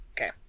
Okay